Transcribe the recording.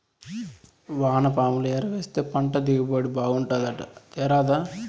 వానపాముల ఎరువేస్తే పంట దిగుబడి బాగుంటాదట తేరాదా